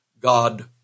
God